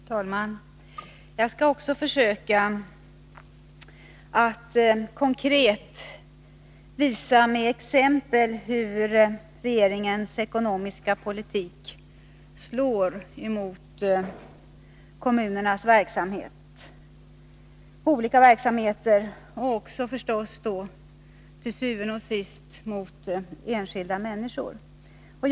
Fru talman! Jag skall också försöka att konkret med exempel visa hur regeringens ekonomiska politik slår mot kommunernas olika verksamheter och givetvis til syvende og sidst mot de enskilda människorna.